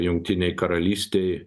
jungtinėj karalystėj